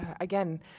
again